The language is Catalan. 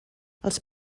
els